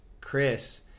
Chris